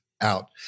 out